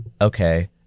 okay